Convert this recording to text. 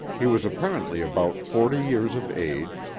he was apparently about forty years of age,